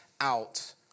out